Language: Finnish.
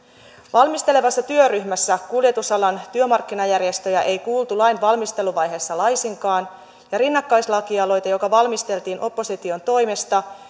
valmistelevassa työryhmässä kuljetusalan työmarkkinajärjestöjä ei kuultu lainvalmisteluvaiheessa laisinkaan ja rinnakkaislakialoite joka valmisteltiin opposition toimesta